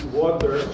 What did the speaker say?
water